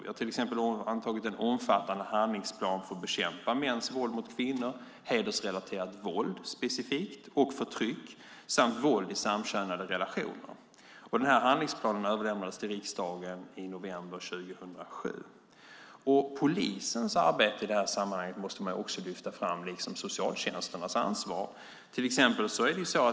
Vi har till exempel antagit en omfattande handlingsplan för att bekämpa mäns våld mot kvinnor, specifikt hedersrelaterat våld och förtryck, samt våld i samkönade relationer. Handlingsplanen överlämnades till riksdagen i november 2007. Man måste också lyfta fram polisens arbete i det här sammanhanget liksom socialtjänsternas ansvar.